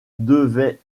devaient